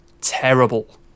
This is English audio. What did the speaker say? terrible